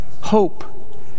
Hope